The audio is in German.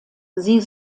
sie